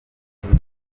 kimwe